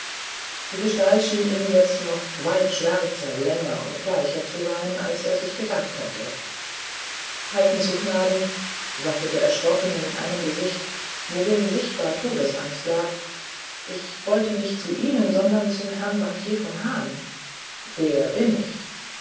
die gestalt schien ihm jetzt noch weit schwärzer länger und bleicher zu sein als er sich gedacht hatte halten zu gnaden sagte der erschrockene mit einem gesicht worin sichtbar todesangst lag ich wollte nicht zu ihnen sondern zum herrn bankier von hahn der bin ich